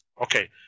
Okay